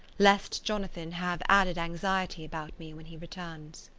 lest jonathan have added anxiety about me when he returns.